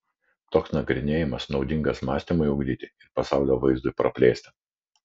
toks nagrinėjimas naudingas mąstymui ugdyti ir pasaulio vaizdui praplėsti